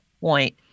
point